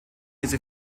diese